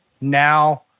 now